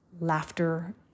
laughter